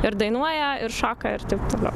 ir dainuoja ir šoka ir taip toliau